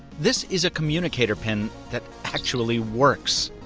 this is a communicator pin that actually works.